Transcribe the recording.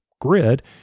grid